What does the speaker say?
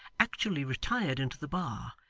actually retired into the bar,